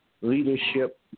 leadership